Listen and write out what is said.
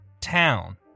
town